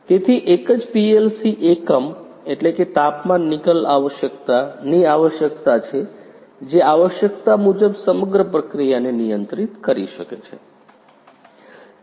તેથી એક જ PLC એકમ તાપમાન નિકલ આવશ્યકતા ની આવશ્યકતા છે જે આવશ્યકતા મુજબ સમગ્ર પ્રક્રિયાને નિયંત્રિત કરી શકે છે